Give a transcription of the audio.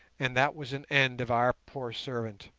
and that was an end of our poor servant.